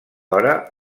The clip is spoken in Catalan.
hora